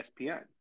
ESPN